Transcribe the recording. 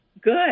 Good